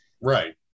Right